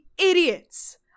idiots